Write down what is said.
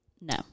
No